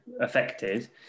affected